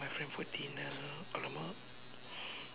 my friend for dinner !alamak!